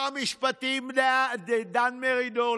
ושר המשפטים דאז דן מרידור,